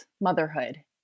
motherhood